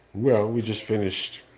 well, we just finished